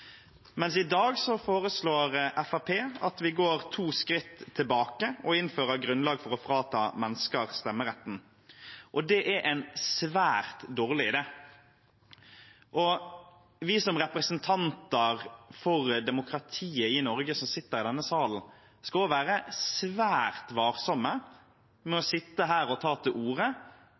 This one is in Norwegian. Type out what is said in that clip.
I dag foreslår Fremskrittspartiet at vi går to skritt tilbake og innfører grunnlag for å frata mennesker stemmeretten. Det er en svært dårlig idé. Vi som representanter for demokratiet i Norge som sitter i denne salen, skal også være svært varsomme med å sitte her og ta til